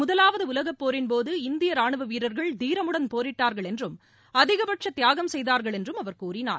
முதலாவது உலகப்போரின்போது இந்திய ரானுவ வீரர்கள் தீரமுடன் போரிட்டார்கள் என்றும் அதிகபட்ச தியாகம் செய்தார்கள் என்றும் அவர் கூறினார்